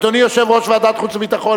אדוני יושב-ראש ועדת החוץ והביטחון,